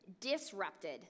disrupted